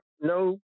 no